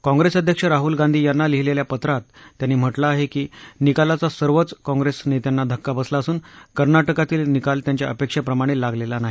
काँग्रेस अध्यक्ष राहुल गांधी यांना लिहीलेल्या पत्रात त्यांनी म्हटलं आहे की निकालाचा सर्वच काँग्रेस नेत्यांना धक्का बसला असून कर्नाटकातील निकाल त्यांच्या अपेक्षेप्रमाणे लागलेला नाही